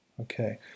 Okay